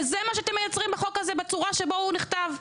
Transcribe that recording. וזה מה שאתם מייצרים בחוק הזה בצורה שבו הוא נכתב.